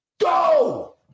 go